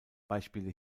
beispiele